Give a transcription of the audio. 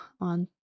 on